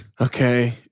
Okay